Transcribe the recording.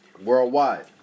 Worldwide